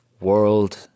world